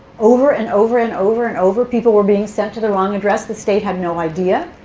over and over and over and over, people were being sent to the wrong address. the state had no idea.